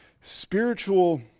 spiritual